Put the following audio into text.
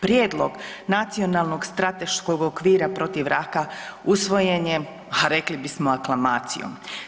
Prijedlog Nacionalnog strateškog okvira protiv raka usvojen je, ha rekli bismo aklamacijom.